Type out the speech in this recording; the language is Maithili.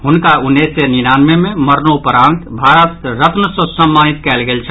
हुनका उन्नैस सय निन्यानवे मे मरणोपरांत भारत रत्न सँ सम्मानित कयल गेल छल